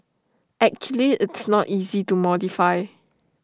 actually it's not easy to modify